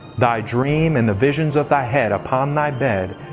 thy dream, and the visions of thy head upon thy bed,